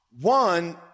One